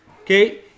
okay